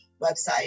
website